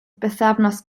bythefnos